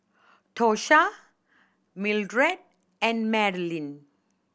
Tosha Mildred and Madalynn